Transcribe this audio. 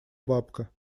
бабка